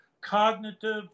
cognitive